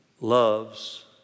loves